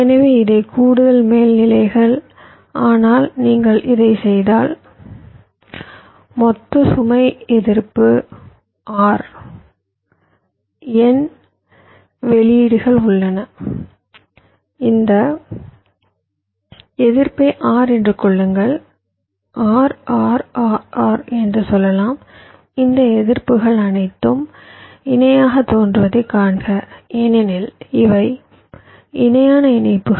எனவே இவை கூடுதல் மேல்நிலைகள் ஆனால் நீங்கள் இதைச் செய்தால் மொத்த சுமை எதிர்ப்பு R N வெளியீடுகள் உள்ளன இந்த எதிர்ப்பை R என்று கொள்ளுங்கள் RRRR என்று சொல்லலாம் இந்த எதிர்ப்புகள் அனைத்தும் இணையாகத் தோன்றுவதைக் காண்க ஏனெனில் இவை இணையான இணைப்புகள்